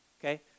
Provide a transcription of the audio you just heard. okay